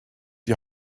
die